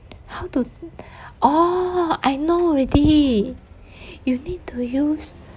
how to oh I know already you need to use